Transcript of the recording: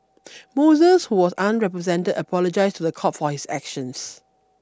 Moses who was unrepresented apologized to the court for his actions